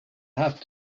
have